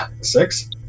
Six